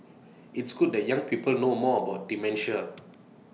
it's good that young people know more about dementia